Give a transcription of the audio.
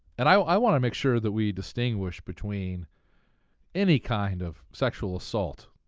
and i want to make sure that we distinguish between any kind of sexual assault,